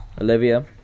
Olivia